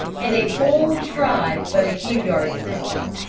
and a whole tribe but a few yards distant.